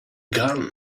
gun